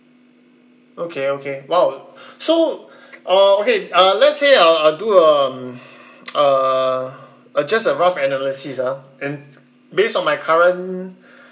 okay okay !wow! so uh okay uh let's say I'll I'll do um uh uh just a rough analysis ah and based on my current